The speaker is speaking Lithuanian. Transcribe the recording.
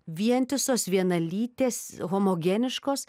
vientisos vienalytės homogeniškos